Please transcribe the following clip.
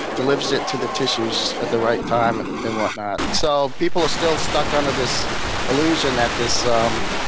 delivers it to the tissues at the right time and whatnot. so people are still stuck under this illusion that this um